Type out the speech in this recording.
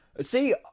See